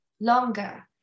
longer